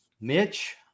Mitch